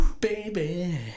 baby